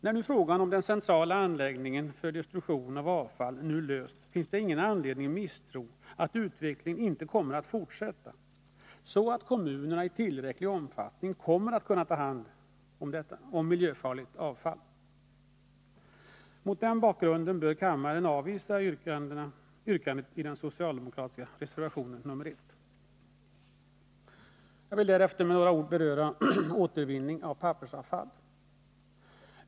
När nu frågan om den centrala anläggningen för destruktion av avfall lösts finns det ingen anledning till misstro, att tro att utvecklingen inte kommer att fortsätta, så att kommunerna i tillräcklig omfattning kommer att kunna ta hand om miljöfarligt avfall. Mot den bakgrunden bör kammaren avvisa yrkandet i den socialdemokratiska reservationen nr 1. Jag vill härefter med några ord beröra återvinningen av pappersavfall.